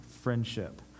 friendship